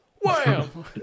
Wham